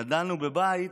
גדלנו בבית,